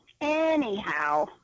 anyhow